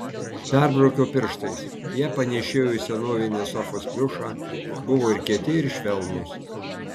perbraukiau pirštais jie panėšėjo į senovinės sofos pliušą buvo ir kieti ir švelnūs